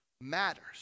matters